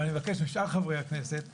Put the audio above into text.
אבל אני מבקש משאר חברי הכנסת לקצר,